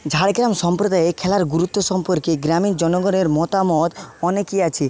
ঝাড়গ্রাম সম্প্রদায়ে খেলার গুরুত্ব সম্পর্কে গ্রামীণ জনগণের মতামত অনেকই আছে